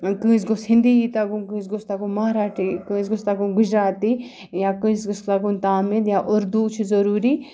کٲنٛسہِ گوٚژھ ہِنٛدی یی تَگُن کٲنٛسہِ گوٚژھ تَگُن مہراٹھی کٲنٛسہِ گوٚژھ تَگُن گُجراتی یا کٲنٛسہِ گوٚژھ تَگُن تامِل یا اُردوٗ چھِ ضٔروٗری